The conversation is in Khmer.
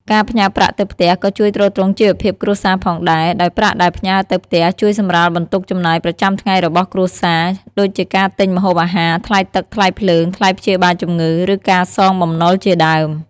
ការផ្ញើប្រាក់ទៅផ្ទះក៏ជួយទ្រទ្រង់ជីវភាពគ្រួសារផងដែរ ដោយប្រាក់ដែលផ្ញើទៅផ្ទះជួយសម្រាលបន្ទុកចំណាយប្រចាំថ្ងៃរបស់គ្រួសារ ដូចជាការទិញម្ហូបអាហារ ថ្លៃទឹក ថ្លៃភ្លើង ថ្លៃព្យាបាលជំងឺ ឬការសងបំណុលជាដើម។